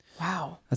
Wow